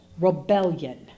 Rebellion